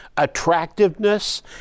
attractiveness